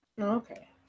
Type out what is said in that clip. okay